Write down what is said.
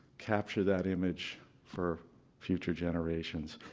capture that image for future generations.